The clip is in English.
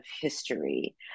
history